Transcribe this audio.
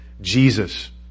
Jesus